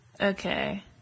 Okay